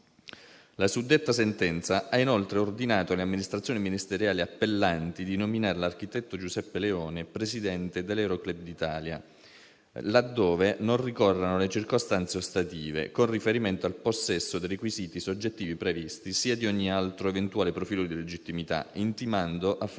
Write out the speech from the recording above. La suddetta sentenza ha inoltre ordinato alle amministrazioni ministeriali appellanti di nominare l'architetto Giuseppe Leoni presidente dell'Aero Club d'Italia, laddove non ricorrano le circostanze ostative, con riferimento al possesso dei requisiti soggettivi previsti, sia di ogni altro eventuale profilo di legittimità, intimando a formulare